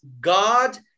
God